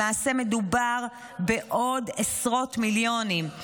למעשה מדובר בעוד עשרות מיליונים.